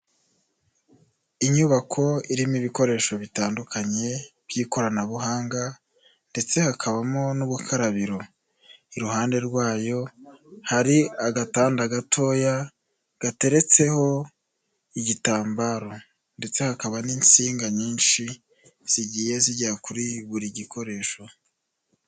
Inyubako irimo ibikoresho bitandukanye by'ikoranabuhanga ndetse hakabamo n'ubukarabiro, iruhande rwayo hari agatanda gatoya gateretseho igitambaro ndetse hakaba n'insinga nyinshi zigiye zigera kuri buri gikoresho.